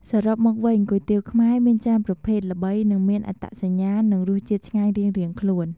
សរុបមកវិញ គុយទាវខ្មែរមានច្រើនប្រភេទ ល្បី និងមានអត្តសញ្ញាណ និងរសជាតិឆ្ងាញ់រៀងៗខ្លួន។